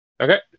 Okay